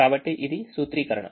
కాబట్టి ఇది సూత్రీకరణ